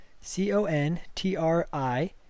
C-O-N-T-R-I